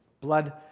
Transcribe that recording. blood